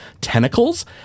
tentacles